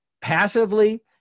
passively